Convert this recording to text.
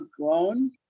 grown